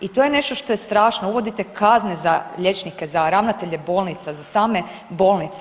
I to je nešto što je strašno, uvodite kazne za liječnike, za ravnatelje bolnica, za same bolnice.